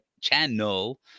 channel